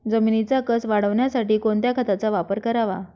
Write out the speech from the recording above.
जमिनीचा कसं वाढवण्यासाठी कोणत्या खताचा वापर करावा?